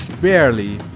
barely